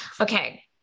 Okay